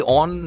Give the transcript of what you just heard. on